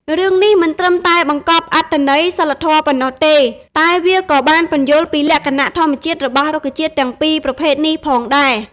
រឿងនេះមិនត្រឹមតែបង្កប់អត្ថន័យសីលធម៌ប៉ុណ្ណោះទេ តែវាក៏បានពន្យល់ពីលក្ខណៈធម្មជាតិរបស់រុក្ខជាតិទាំងពីរប្រភេទនេះផងដែរ។